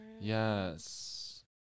Yes